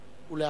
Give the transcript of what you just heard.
בבקשה.